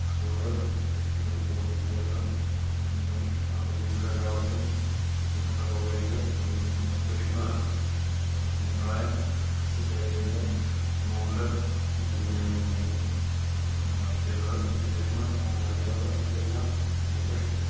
അപ്പോൾ ഓരോ വ്യക്തികളും കുടുംബത്തിലെ ഓരോ ഉണ്ട് ഫാമിലിയിൽപ്പെട്ട എല്ലാവർക്കും ഇതിനുള്ള കവറേജ് ലഭിക്കുന്നതാണ് അപ്പോൾ നമ്മുടെ പ്രായം അനുസരിച്ചായിരിക്കും അതിൻ്റെ എമൗണ്ട് അടയ്ക്കേണ്ടത് അതിൻ്റെ ടേമ് കാലയളവ് ഇവയെല്ലാം നമുക്ക്